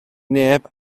neb